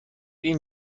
این